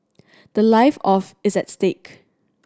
the life of is at stake